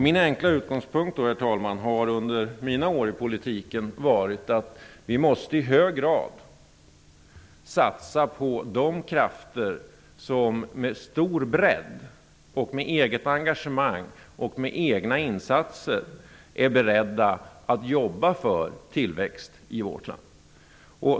Min enkla utgångspunkt har under mina år i politiken varit att vi i hög grad måste satsa på de krafter som med stor bredd, med eget engagemang och med egna insatser är beredda att jobba för tillväxt i vårt land.